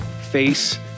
face